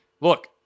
Look